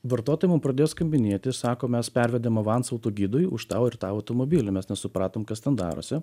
vartotojai mum pradėjo skambinėti sako mes pervedėm avansu gidui už tą ir tą automobilį mes nesupratom kas ten darosi